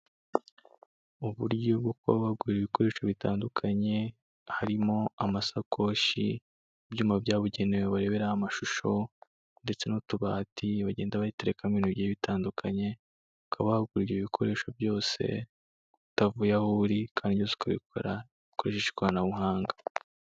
Uburyo bwo kuba wagura ibikoresho butandukanye harimo; amasakoshi, ibyuma byabugenewe bareberaho amashusho, ndetse n'utubati bagenda baterekamo ibintu bigiye bitandukanye, ukaba wagura ibi bikoresho byose utavuye aho uri, kandi ukabigura ukoresheje ikoranabuhanga.